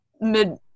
mid